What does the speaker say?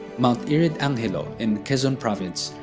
mt irid-angelo in quezon province,